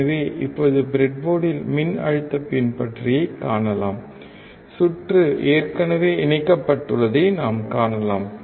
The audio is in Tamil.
எனவே இப்போது பிரெட் போர்டில் மின் அழுத்தப் பின்பற்றியை காணலாம்